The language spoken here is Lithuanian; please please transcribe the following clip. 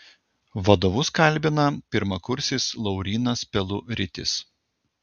vadovus kalbina pirmakursis laurynas peluritis